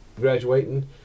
graduating